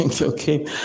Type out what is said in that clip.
okay